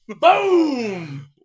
Boom